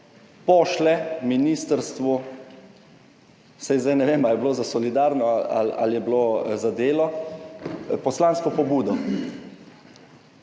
pošlje ministrstvu, saj zdaj ne vem, ali je bilo za solidarno prihodnost ali je bilo za delo, poslansko pobudo.